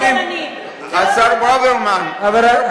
מירי, עוד מעט נחזיר אותו לממשלה.